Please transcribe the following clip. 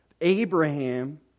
Abraham